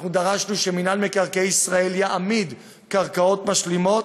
אנחנו דרשנו שמינהל מקרקעי ישראל יעמיד קרקעות משלימות,